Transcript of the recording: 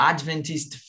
Adventist